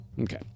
Okay